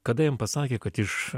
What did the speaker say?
kada jam pasakė kad iš